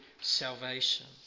salvation